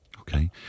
Okay